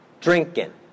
Drinking